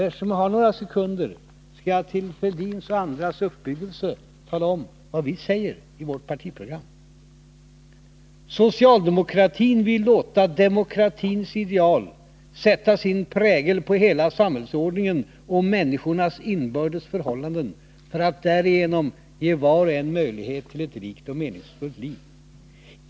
Eftersom jag har några sekunder kvar av min talartid skall jag till Thorbjörn Fälldins och andras uppbyggelse tala om vad vi säger i vårt partiprogram: ”Socialdemokratin vill låta demokratins ideal sätta sin prägel på hela samhällsordningen och människornas inbördes förhållanden för att därigenom ge var och en möjlighet till ett rikt och meningsfyllt liv.